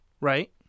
Right